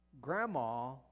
Grandma